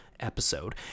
episode